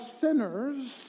sinners